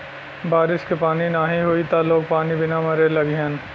बारिश के पानी नाही होई त लोग पानी बिना मरे लगिहन